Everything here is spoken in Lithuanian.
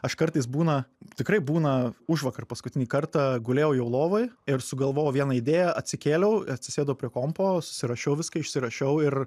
aš kartais būna tikrai būna užvakar paskutinį kartą gulėjau jau lovoj ir sugalvojau vieną idėją atsikėliau atsisėdau prie kompo susirašiau viską išsirašiau ir